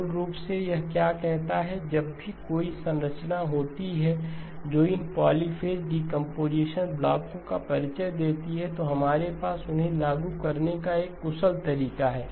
मूल रूप से यह क्या कहता है जब भी कोई संरचना होती है जो इन पॉलीफ़ेज़ डीकंपोजीशन ब्लॉकों का परिचय देती है तो हमारे पास उन्हें लागू करने का एक कुशल तरीका है